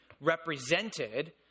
represented